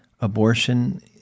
abortion